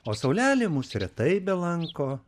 o saulelė mus retai belanko